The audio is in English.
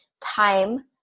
time